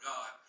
God